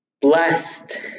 Blessed